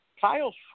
Kyle